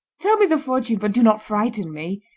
tell me the fortune, but do not frighten me